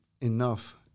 enough